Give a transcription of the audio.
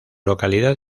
localidad